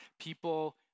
people